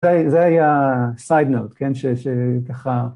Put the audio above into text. זה היה side note, כן, שככה...